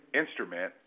instrument